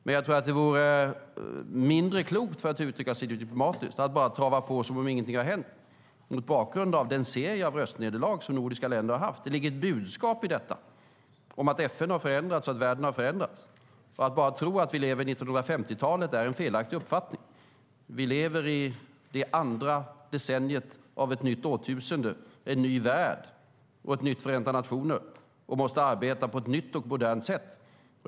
Men jag tror att det vore mindre klokt, för att uttrycka sig diplomatiskt, att bara trava på som om ingenting hänt mot bakgrund av den serie av röstnederlag nordiska länder har haft. Det ligger ett budskap i detta om att FN och världen har förändrats. Uppfattningen att vi lever i 1950-talet är felaktig; vi lever i det andra decenniet av ett nytt årtusende. Det är en ny värld och ett nytt Förenta nationerna, och vi måste arbeta på ett nytt och modernt sätt.